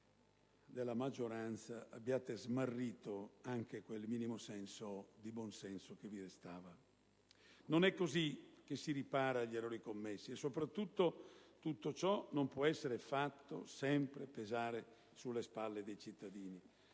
della maggioranza abbiate smarrito anche quel minimo di buon senso che vi restava. Non è così che si ripara agli errori commessi e, soprattutto, tutto ciò non può essere fatto sempre pesare sulle spalle dei cittadini.